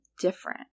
different